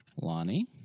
Lonnie